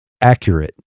accurate